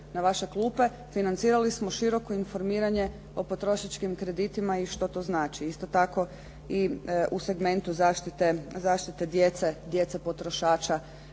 na vaše klupe financirali smo široko informiranje o potrošačkim kreditima i što to znači. Isto tako, u segmentu zaštite djece potrošača